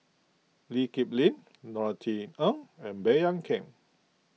Lee Kip Lin Norothy Ng and Baey Yam Keng